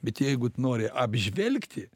bet jeigu t nori apžvelgti